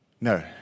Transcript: no